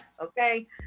Okay